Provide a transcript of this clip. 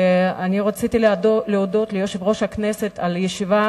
רציתי להודות ליושב-ראש הכנסת על ישיבה